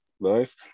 nice